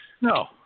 No